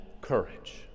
courage